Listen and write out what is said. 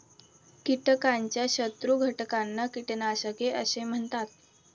कीटकाच्या शत्रू घटकांना कीटकनाशके असे म्हणतात